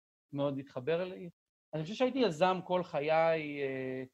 מאוד התחבר אליי. אני חושב שהייתי יזם כל חיי